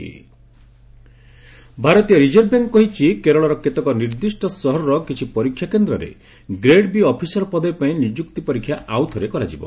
Kerala RBI exam ଭାରତୀୟ reserve bank କହିଛି କେରଳର କେତେକ ନିର୍ଦ୍ଦିଷ୍ଟ ସହରର କିଛି ପରୀକ୍ଷା କେନ୍ଦ୍ରରେ ଗ୍ରେଡ୍ ବି ଅଫିସର ପଦବୀ ପାଇଁ ନିଯୁକ୍ତି ପରୀକ୍ଷା ଆଉଥରେ କରାଯିବ